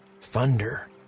thunder